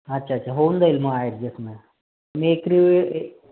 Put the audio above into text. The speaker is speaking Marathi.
अच्छा अच्छा होऊन जाईल मग ॲडजस्ट मग मी एक